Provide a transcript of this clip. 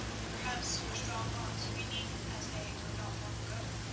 and perhaps your strong arms will be needed as they were not long ago.